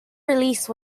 release